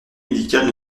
médicale